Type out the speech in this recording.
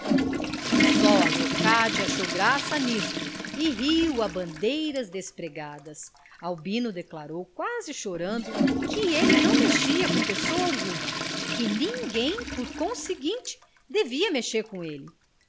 só a leocádia achou graça nisto e riu a bandeiras despregadas albino declarou quase chorando que ele não mexia com pessoa alguma e que ninguém por conseguinte devia mexer com ele